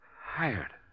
Hired